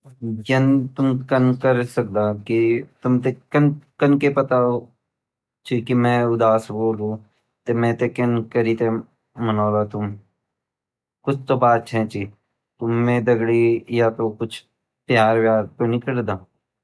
यन तुम कन कर सकदा कि तुमते कनके पता ची कि मैं उदास वोलु ता मेते कन करीते मनोला तुम कुछ तो बात छे ची तुम मै दगडी प्यार व्यार तो नी करदा।